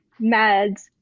meds